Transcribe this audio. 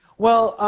well,